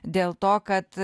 dėl to kad